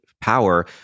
power